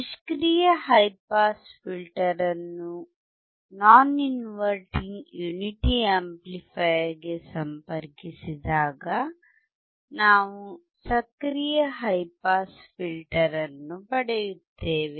ನಿಷ್ಕ್ರಿಯ high pass filter ಅನ್ನು non inverting unity amplifier ಗೆ ಸಂಪರ್ಕಿಸಿದಾಗ ನಾವು ಸಕ್ರಿಯ ಹೈ ಪಾಸ್ ಫಿಲ್ಟರ್ ಅನ್ನು ಪಡೆಯುತ್ತೇವೆ